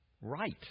right